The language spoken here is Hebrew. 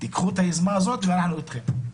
קחו את היוזמה הזו ואנחנו איתכם.